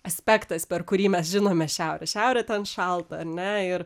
aspektas per kurį mes žinome šiaurę šiaurė ten šalta ar ne ir